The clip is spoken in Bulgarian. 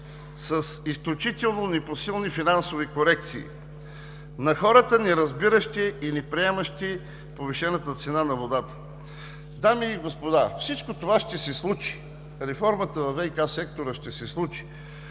с изключително непосилни финансови корекции, на хората, неразбиращи и неприемащи повишената цена на водата? Дами и господа, всичко това ще се случи! Реформата във ВиК сектора ще се случи.